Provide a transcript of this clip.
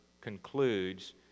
concludes